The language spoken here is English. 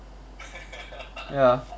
ya